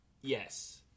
Yes